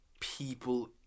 people